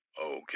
Okay